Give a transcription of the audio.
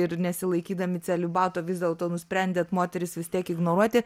ir nesilaikydami celibato vis dėlto nusprendėt moteris vis tiek ignoruoti